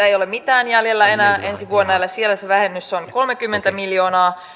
ei tosiaankaan ole mitään jäljellä enää ensi vuonna siellä se vähennys on kolmekymmentä miljoonaa